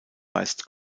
weist